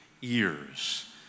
years